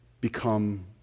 become